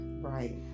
right